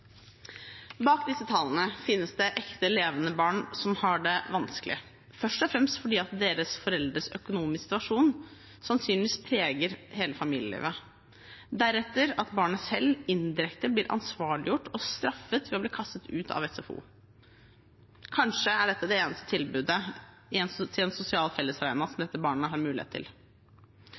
Bak disse tallene finnes det ekte, levende barn som har det vanskelig, først og fremst fordi deres foreldres økonomiske situasjon sannsynligvis preger hele familielivet, deretter at barnet selv indirekte blir ansvarliggjort og straffet ved å bli kastet ut av SFO. Kanskje er dette det eneste tilbudet om en sosial fellesarena dette barnet har mulighet til.